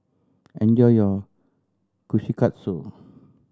enjoy your Kushikatsu